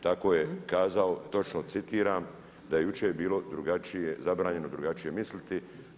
Tako je kazao točno citiram, da je jučer bilo drugačije, zabranjeno drugačije misliti.